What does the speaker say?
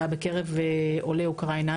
היה בקרב עולי אוקראינה.